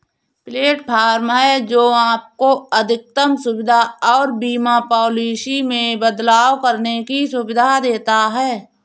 platform है, जो आपको अधिकतम सुविधा और बीमा पॉलिसी में बदलाव करने की सुविधा देता है